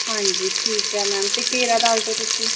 ਹਾਂਜੀ ਠੀਕ ਹੈ ਮੈਮ ਅਤੇ ਘੇਰਾ ਦੱਸ ਦਿਉ ਤੁਸੀਂ